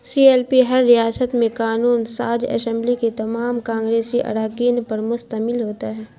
سی L P ہر ریاست میں قانون ساز اشمبلی کی تمام کانگریسی اراکین پر مشتمل ہوتا ہے